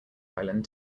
highland